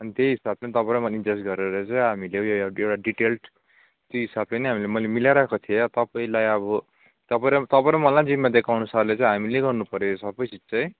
अनि त्यही हिसाबले तपाईँ र म इन्चार्ज गरेर चाहिँ हामीले एउटा डिटेल्स त्यही हिसाबले नै मैले मिलाइरहेको थिएँ तपाईँलाई अब तपाईँ र मलाई जिम्मा दिएको अनुसारले चाहिँ हामीले गर्नुपऱ्यो यो सबै चिज चाहिँचै